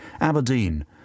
Aberdeen